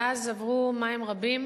מאז עברו מים רבים,